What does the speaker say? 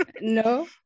No